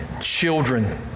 children